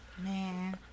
Man